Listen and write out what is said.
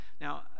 Now